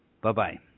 Bye-bye